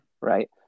right